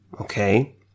Okay